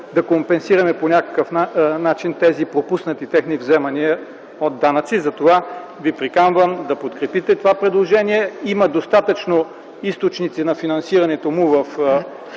да компенсираме пропуснати техни вземания от данъци. Затова ви приканвам да подкрепите това предложение. Има достатъчно източници за финансирането му в